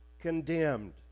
condemned